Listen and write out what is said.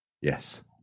Yes